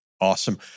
Awesome